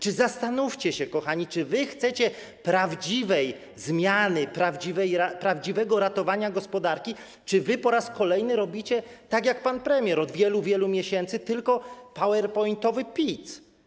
Zastanówcie się, kochani, czy wy chcecie prawdziwej zmiany, prawdziwego ratowania gospodarki, czy wy po raz kolejny robicie tak jak pan premier od wielu, wielu miesięcy - tylko powerpointowy pic.